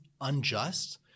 unjust